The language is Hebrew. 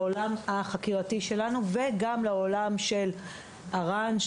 לעולם החקירה שלנו וגם לעולם של אר"ן,